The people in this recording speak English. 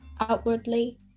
outwardly